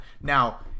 Now